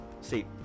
See